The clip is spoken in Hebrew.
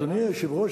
אדוני היושב-ראש,